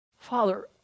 father